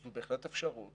זו בהחלט אפשרות